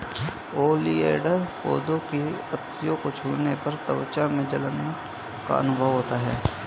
oleander पौधे की पत्तियों को छूने पर त्वचा में जलन का अनुभव होता है